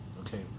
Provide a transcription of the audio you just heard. okay